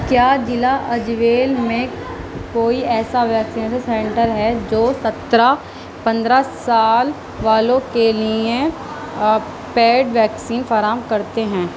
کیا ضلع ایزول میں کوئی ایسا ویکسینیسن سینٹر ہے جو سترہ پندرہ سال والوں کے لیے پیڈ ویکسین فراہم کرتے ہیں